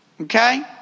Okay